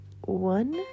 one